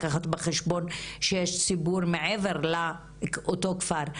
לקחת בחשבון שיש ציבור מעבר לאותו כפר.